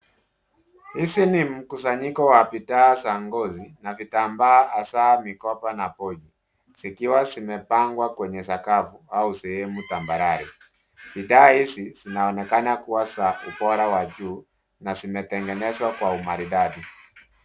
Hizi ni mkusanyiko wa bidhaa za ngozi na kitambaa hasa mikoba na pochi zikiwa zimepangwa Kwenye sakafu au sehemu tambarare. Bidhaa hizi zinaoonekana kuwa za ubora wa juu na zimetengenezwa kwa umaridadi.